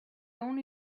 only